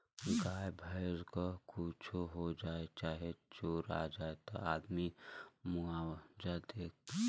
गाय भैंस क कुच्छो हो जाए चाहे चोरा जाए त आदमी मुआवजा से नइका खरीद सकेला